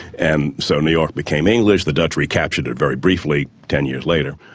and so new york became english, the dutch recaptured it very briefly ten years later,